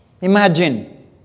Imagine